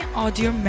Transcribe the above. audio